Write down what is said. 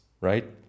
right